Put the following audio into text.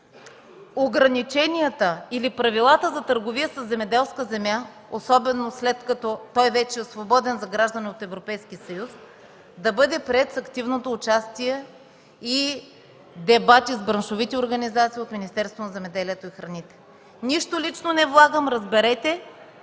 ограниченията или правилата за търговия със земеделска земя, особено след като той вече е свободен за граждани от Европейския съюз, да бъде приет с активното участие и дебати с браншовите организации от Министерството на земеделието и храните. Не влагам нищо лично, разберете.